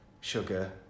sugar